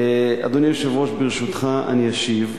אדוני היושב-ראש, ברשותך, אני אשיב.